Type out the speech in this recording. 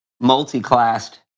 multi-classed